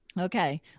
Okay